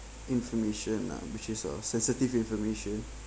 information uh which is a sensitive information